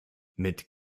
mit